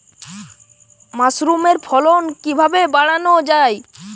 মাসরুমের ফলন কিভাবে বাড়ানো যায়?